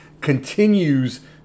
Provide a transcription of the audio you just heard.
continues